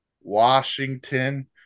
Washington